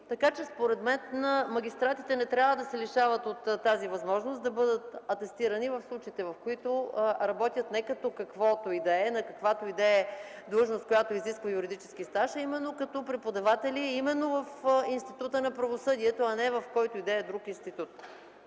Така че според мен магистратите не трябва да се лишават от тази възможност да бъдат атестирани в случаите, в които работят не като каквото и да е на каквато и да е длъжност, изискваща юридически стаж, а именно като преподаватели и именно в Института на правосъдието, а не в който и да е друг институт.